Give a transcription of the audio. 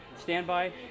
Standby